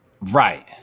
Right